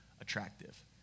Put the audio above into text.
attractive